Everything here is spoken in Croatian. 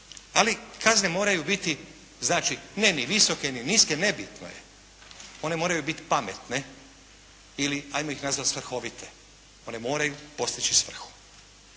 Ali kazne moraju biti znači ne ni visoke ni niske, nebitno je. One moraju biti pametne ili ajmo ih nazvati svrhovite, one moraju postići svrhu.